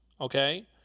okay